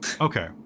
Okay